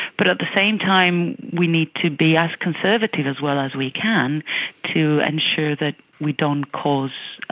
but at the same time we need to be as conservative as well as we can to ensure that we don't cause